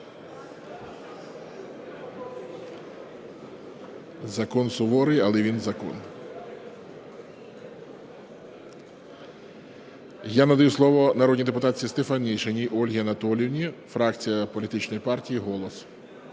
Закон суворий, але він – закон. Я надаю слово народній депутатці Стефанишиній Ользі Анатоліївні, фракція політичної партії "Голос".